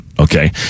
okay